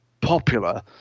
popular